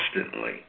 constantly